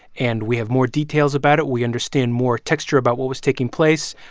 and we have more details about it. we understand more texture about what was taking place.